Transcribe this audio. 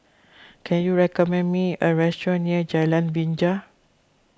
can you recommend me a restaurant near Jalan Binja